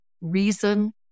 reason